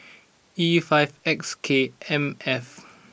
E five X K M F